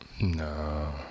No